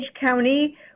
County